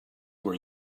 were